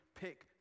pick